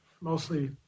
Mostly